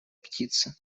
птица